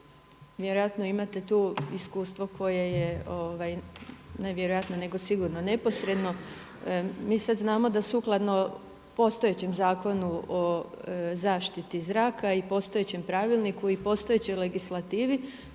vjerojatno imate tu iskustvo koje je ne vjerojatno nego sigurno neposredno. Mi sada znamo da sukladno postojećem Zakonu o zaštiti zraka i postojećem pravilniku i postojećoj legislativi